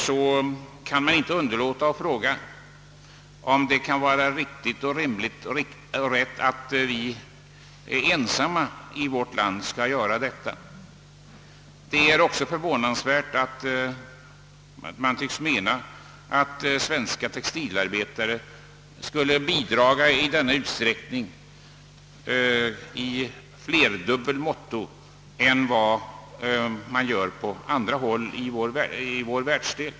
Jag kan inte underlåta att fråga, om det kan vara rimligt och rätt att vi i vårt land ensamma skall ta på oss en sådan börda. Det är också förvånansvärt att man tycks mena att svenska textilarbetare skulle bidra till detta i flerdubbelt större utsträckning än som sker på annat håll i vår världsdel.